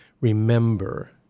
remember